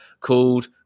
called